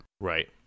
Right